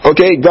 Okay